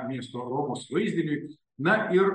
miesto romos vaizdiniui na ir